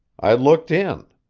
i looked in.